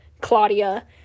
Claudia